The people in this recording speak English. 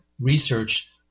research